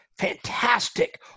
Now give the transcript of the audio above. fantastic